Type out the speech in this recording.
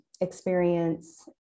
experience